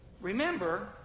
Remember